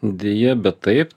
deja bet taip